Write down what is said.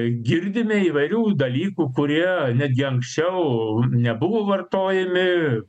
girdime įvairių dalykų kurie netgi anksčiau nebuvo vartojami